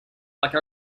like